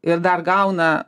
ir dar gauna